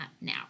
now